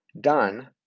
Done